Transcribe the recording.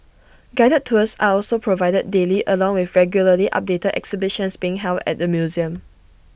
guided tours are also provided daily along with regularly updated exhibitions being held at the museum